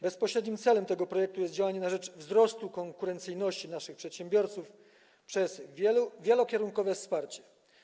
Bezpośrednim celem tego projektu jest działanie na rzecz wzrostu konkurencyjności naszych przedsiębiorców przez wielokierunkowe wsparcie.